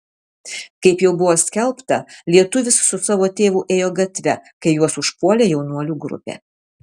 kaip jau buvo skelbta lietuvis su savo tėvu ėjo gatve kai juos užpuolė jaunuolių grupė